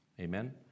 Amen